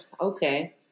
Okay